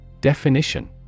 Definition